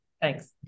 Thanks